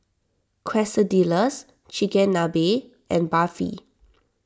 Quesadillas Chigenabe and Barfi